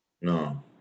No